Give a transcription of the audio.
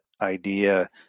idea